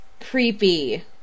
Creepy